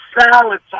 salads